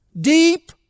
deep